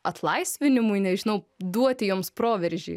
atlaisvinimui nežinau duoti joms proveržį